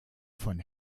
von